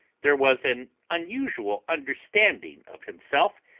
there was an unusual understanding of himself,